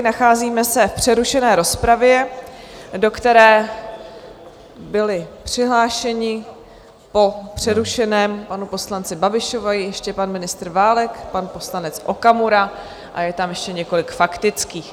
Nacházíme se v přerušené rozpravě, do které byli přihlášeni, po přerušeném panu poslanci Babišovi, ještě pan ministr Válek, pan poslanec Okamura a je tam ještě několik faktických.